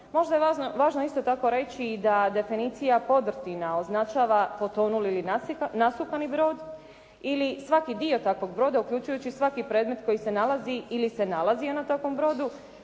Možda je važno isto tako reći da definicija podrtina označava potonuli ili nasukani brod ili svaki dio takvog broda, uključujući i svaki predmet koji se nalazi ili se nalazio na takvom brodu,